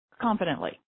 confidently